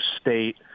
State